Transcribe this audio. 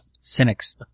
cynics